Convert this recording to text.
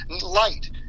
Light